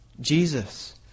Jesus